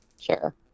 sure